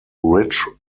rich